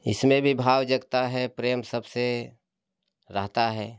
इसमें भी भाव जगता है प्रेम सबसे रहता है